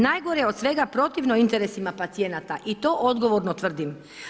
Najgore od svega, protivno je interesima pacijenata i to odgovorno tvrdim.